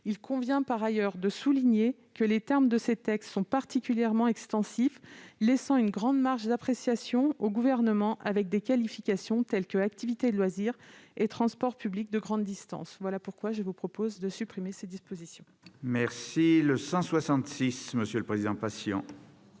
Il convient par ailleurs de souligner que les termes de ces textes sont particulièrement extensifs, laissant une grande marge d'interprétation au Gouvernement, avec des qualifications comme « activités de loisir » et « transport public de grande distance ». Voilà pourquoi je vous propose de supprimer ces dispositions, mes chers collègues.